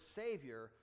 savior